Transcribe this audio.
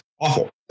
awful